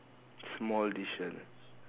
small decision